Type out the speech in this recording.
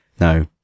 No